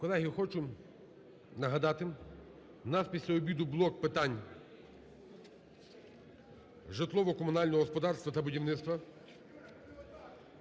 Колеги, хочу нагадати, у нас після обіду блок питань житлово-комунального господарства та будівництва.